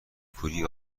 کوری